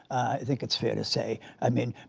i think it's fair to say, i mean,